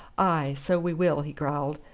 ay, so we will, he growled.